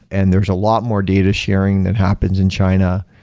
and there's a lot more data sharing that happens in china.